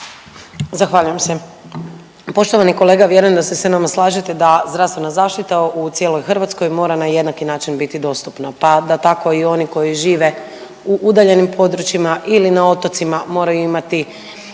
Zahvaljujem se. Poštovani kolega vjerujem da se sa nama slažete da zdravstvena zaštita u cijeloj Hrvatskoj mora na jednaki način biti dostupna, pa da tako i oni koji žive u udaljenim područjima ili na otocima moraju imati